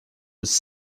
was